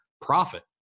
profit